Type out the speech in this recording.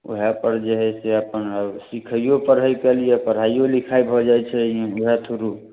वएहपर जे हइ से अपन सिखाइओ पढ़ाइओ भऽ जाइ छै वएह थ्रू